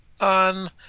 on